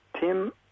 Tim